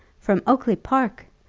from oakly-park!